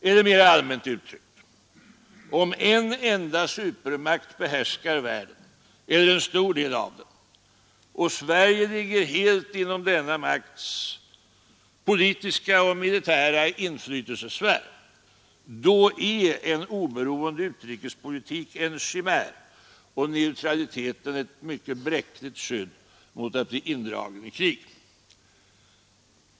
Eller mera allmänt uttryckt: Om en enda supermakt behärskar världen eller en stor del av den och Sverige ligger helt inom denna makts politiska och militära inflytelsesfär, då är en oberoende utrikespolitik en chimär och neutraliteten ett mycket bräckligt skydd mot att bli indragen i krig.